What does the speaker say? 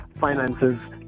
finances